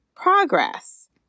progress